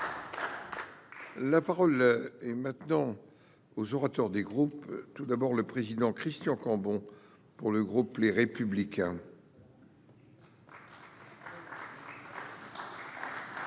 La parole est maintenant aux orateurs des groupes tout d'abord le président Christian Cambon pour le groupe Les Républicains. Monsieur